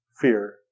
fear